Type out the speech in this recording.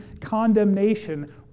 condemnation